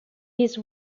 his